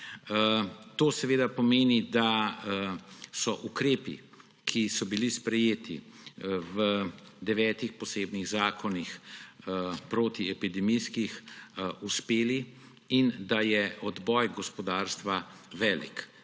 To seveda pomeni, da so ukrepi, ki so bili sprejeti v devetih posebnih protiepidemijskih zakonih, uspeli in da je odboj gospodarstva velik,